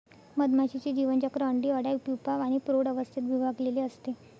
मधमाशीचे जीवनचक्र अंडी, अळ्या, प्यूपा आणि प्रौढ अवस्थेत विभागलेले असते